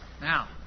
Now